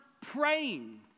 praying